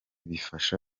bifasha